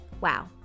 Wow